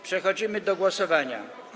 Przechodzimy do głosowania.